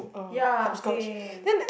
ya same